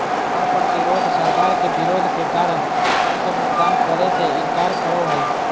कर प्रतिरोध सरकार के विरोध के कारण कर के भुगतान करे से इनकार करो हइ